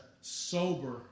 sober